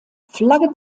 flagge